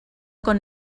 con